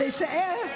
להישאר?